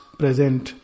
present